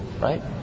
right